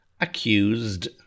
accused